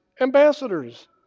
ambassadors